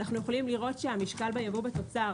אנו יכולים לראות שהמשקל בייבוא בתוצר